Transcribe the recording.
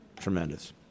tremendous